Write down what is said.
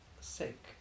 sick